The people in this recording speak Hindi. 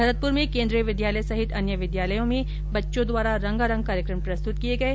भरतपुर में केन्द्रीय विद्यालय सहित अन्य विद्यालयों में बच्चों द्वारा रंगारंग कार्यक्रम प्रस्तुत किये गये